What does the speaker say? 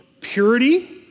purity